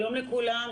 שלום לכולם.